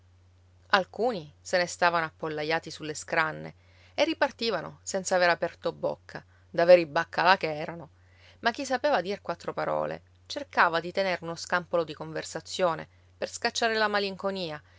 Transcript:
alcuni se ne stavano appollaiati sulle scranne e ripartivano senza aver aperto bocca da veri baccalà che erano ma chi sapeva dir quattro parole cercava di tenere uno scampolo di conversazione per scacciare la malinconia